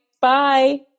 Bye